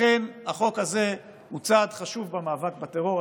לכן החוק הזה הוא צעד חשוב במאבק בטרור,